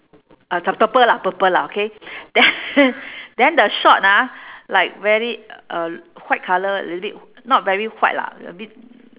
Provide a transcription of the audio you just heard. ah c~ purple lah purple lah okay then then the short ah like very uh white colour a little bit not very white lah a bit